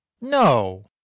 No